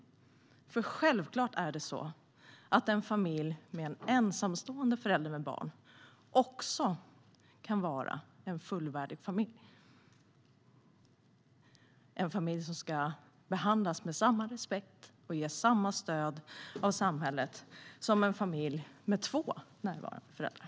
Det är självklart så att en familj med en ensamstående förälder med barn också kan vara en fullvärdig familj, en familj som ska behandlas med samma respekt och ges samma stöd av samhället som en familj med två närvarande föräldrar.